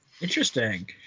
Interesting